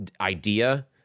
idea